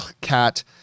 cat